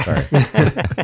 Sorry